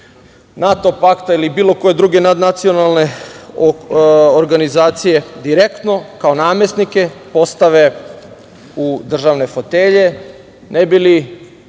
NATO pakta ili bilo koje druge nacionalne organizacije direktno kao namesnike postave u državne fotelje ne bi li,